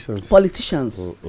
Politicians